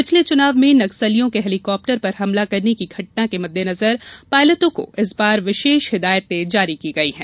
पिछले चुनाव में नक्सलियों के हेलीकाप्टर पर हमला करने की घटना के मद्देनजर पायलटों को इस बार विशेष हिदायते जारी की गई है